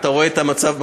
שאתה רואה את המצב במליאה,